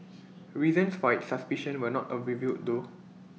reasons for its suspicion were not revealed though